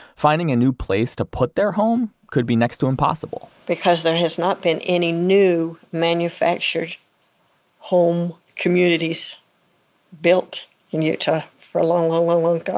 finding a new place to put their home could be next to impossible because there has not been any new manufactured home communities built in utah, for a long, ah long, long time.